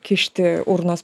kišti urnos